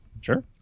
Sure